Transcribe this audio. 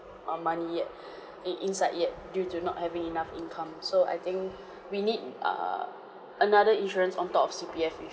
um money yet in inside yet due to not having enough income so I think we need err another insurance on top of C_P_F you